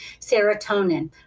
serotonin